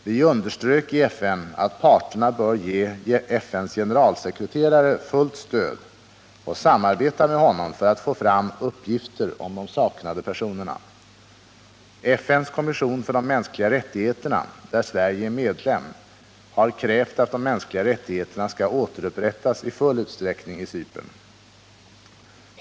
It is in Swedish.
Vi underströk i FN att parterna bör ge FN:s generalsekreterare fullt stöd och samarbeta med honom för att få 37 fram uppgifter om de saknade personerna. FN:s kommission för de mänskliga rättigheterna, där Sverige är medlem, har krävt att de mänskliga rättigheterna skall återupprättas i full utsträckning på Cypern.